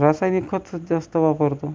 रासायनिक खतच जास्त वापरतो